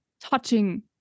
touching